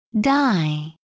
die